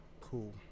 Cool